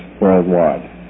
worldwide